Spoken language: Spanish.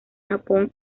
japón